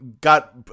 got